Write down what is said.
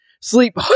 sleep